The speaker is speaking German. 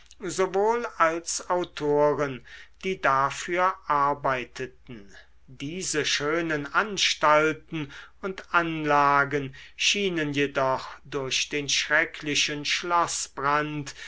sowohl als autoren die dafür arbeiteten diese schönen anstalten und anlagen schienen jedoch durch den schrecklichen